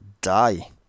die